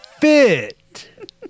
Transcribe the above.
fit